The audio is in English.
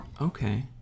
Okay